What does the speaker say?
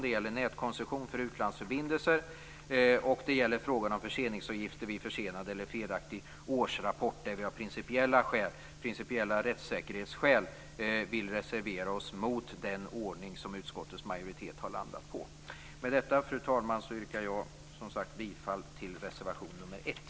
Det gäller nätkoncession för utlandsförbindelser, och det gäller frågan om förseningsavgifter vid försenad eller felaktig årsrapport, där vi av principiella rättssäkerhetsskäl vill reservera oss mot den ordning som utskottets majoritet har landat på. Med detta, fru talman, yrkar jag som sagt bifall till reservation nr 1.